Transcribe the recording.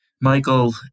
Michael